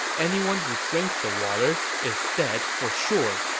anyone who drinks the water is dead for sure.